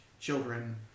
children